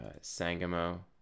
sangamo